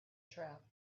trap